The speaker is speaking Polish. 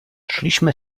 szliśmy